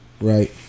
right